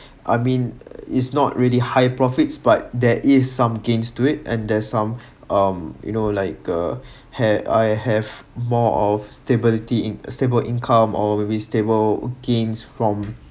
I mean it's not really high profits but there is some gains to it and there's some um you know like uh ha~ I have more of stability in~ stable income or maybe stable gains from